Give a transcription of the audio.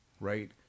right